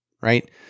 right